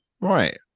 Right